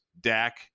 Dak